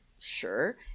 sure